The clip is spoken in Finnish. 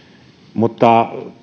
mutta